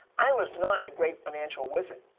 i was not a great financial wizard.